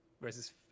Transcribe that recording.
Versus